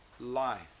life